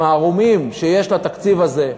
המערומים שיש בתקציב הזה,